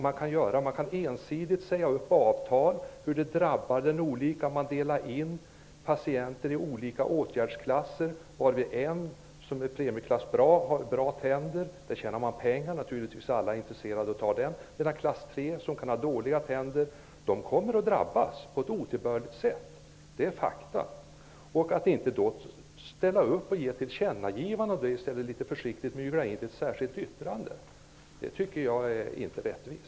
Man kan ensidigt säga upp avtal, det drabbar olika. Man delar in patienter i olika åtgärdsklasser. En är premieklass bra, har bra tänder, vilket man naturligtvis tjänar pengar på, vilket alla är intresserade av. Klass 3, som har dåliga tänder, kommer att drabbas på ett otillbörligt sätt. Det är fakta. Ni ställer inte upp för att tillkännage det, utan ni myglar in det litet försiktigt i ett särskilt yttrande. Det tycker jag inte är rättvist.